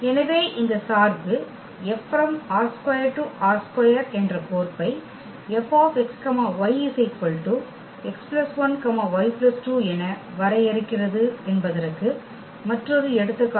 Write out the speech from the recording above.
எனவே இந்த சார்பு F ℝ2 → ℝ2 என்ற கோர்ப்பை F x y x 1 y 2 என வரையறுக்கிறது என்பதற்கு மற்றொரு எடுத்துக்காட்டு